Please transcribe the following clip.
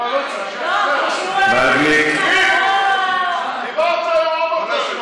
היום, מר גליק, דיברת היום בבוקר,